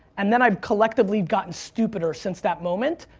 and then i've collectively gotten stupider since that moment,